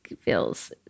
feels